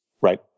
right